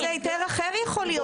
איזה היתר אחר יכול להיות?